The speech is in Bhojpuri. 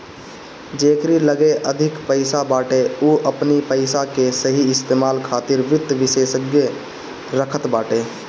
जेकरी लगे अधिक पईसा बाटे उ अपनी पईसा के सही इस्तेमाल खातिर वित्त विशेषज्ञ रखत बाटे